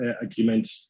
agreement